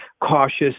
cautious